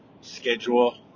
schedule